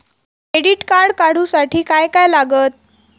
Credit card काढूसाठी काय काय लागत?